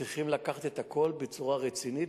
צריכים לקחת את הכול בצורה רצינית,